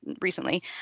recently